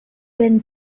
been